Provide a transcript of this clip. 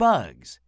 Bugs